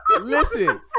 Listen